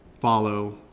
follow